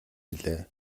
билээ